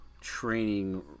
training